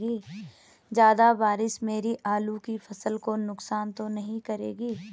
ज़्यादा बारिश मेरी आलू की फसल को नुकसान तो नहीं करेगी?